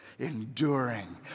Enduring